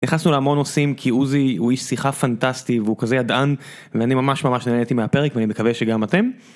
נכנסנו להמון נושאים כי עוזי הוא איש שיחה פנטסטי והוא כזה ידען ואני ממש ממש נהניתי מהפרק ואני מקווה שגם אתם.